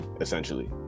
essentially